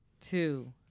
two